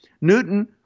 Newton